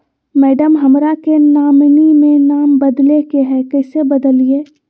madam, हमरा के nominee में नाम बदले के हैं, कैसे बदलिए